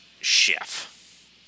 Chef